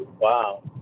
wow